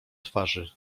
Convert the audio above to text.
twarzy